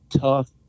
tough